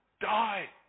die